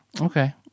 Okay